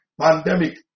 pandemic